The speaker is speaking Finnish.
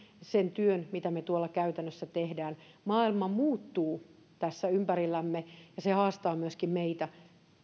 sen työn mitä me tuolla käytännössä teemme maailma muuttuu tässä ympärillämme ja se haastaa myöskin meitä